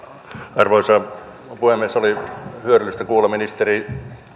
arvoisa puhemies oli hyödyllistä kuulla ministeri